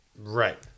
Right